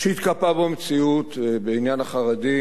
שהתקבעה פה מציאות בעניין החרדים,